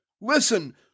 Listen